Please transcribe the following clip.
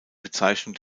bezeichnung